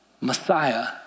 Messiah